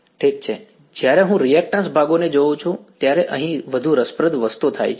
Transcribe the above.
ઠીક છે જ્યારે હું રીએક્ટન્શ ભાગોને જોઉં છું ત્યારે અહીં વધુ રસપ્રદ વસ્તુ થાય છે